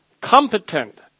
competent